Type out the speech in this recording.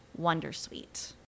wondersuite